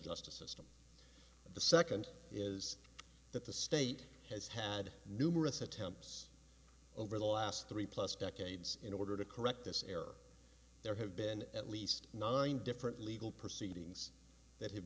justice system the second is that the state has had numerous attempts over the last three plus decades in order to correct this error there have been at least nine different legal proceedings that ha